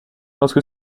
lorsque